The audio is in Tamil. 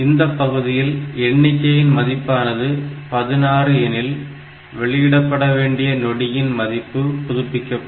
இந்த பகுதியில் எண்ணிக்கையின் மதிப்பானது 16 எனில் வெளியிடப்பட வேண்டிய நொடியின் மதிப்பு புதுப்பிக்கப்படும்